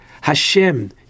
Hashem